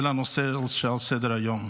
ולנושא שעל סדר-היום,